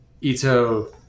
Ito